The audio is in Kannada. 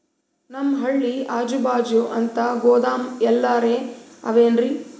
ನಮ್ ಹಳ್ಳಿ ಅಜುಬಾಜು ಅಂತ ಗೋದಾಮ ಎಲ್ಲರೆ ಅವೇನ್ರಿ?